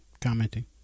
commenting